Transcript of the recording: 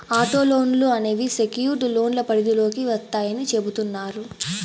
auto లోన్లు అనేవి secured లోన్ల పరిధిలోకి వత్తాయని చెబుతున్నారు